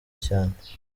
cyane